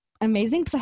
amazing